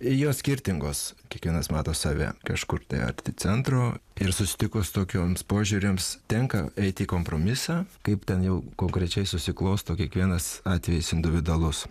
jos skirtingos kiekvienas mato save kažkur tai arti centro ir susitikus tokioms požiūriams tenka eiti į kompromisą kaip ten jau konkrečiai susiklosto kiekvienas atvejis individualus